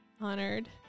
honored